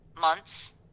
months